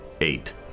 Eight